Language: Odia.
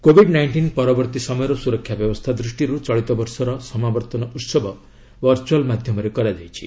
କୋବିଡ୍ ନାଇଷ୍ଟିନ୍ ପରବର୍ତ୍ତୀ ସମୟର ସୁରକ୍ଷା ବ୍ୟବସ୍ଥା ଦୃଷ୍ଟିରୁ ଚଳିତବର୍ଷର ସମାବର୍ତ୍ତନ ଉତ୍ସବ ଭର୍ତ୍ତୁଆଲ ମାଧ୍ୟମରେ କରାଯାଇଛି